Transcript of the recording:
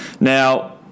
Now